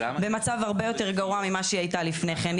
במצב הרבה יותר גרוע ממה שהיא הייתה לפני כן.